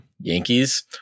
Yankees